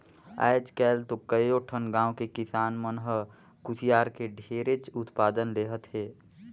आयज काल तो कयो ठन गाँव के किसान मन ह कुसियार के ढेरेच उत्पादन लेहत हे